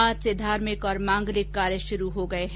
आज से धार्मिक और मांगलिक कार्य शुरू हो गये है